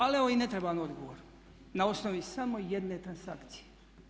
Ali evo i ne trebam odgovor, na osnovi samo jedne transakcije.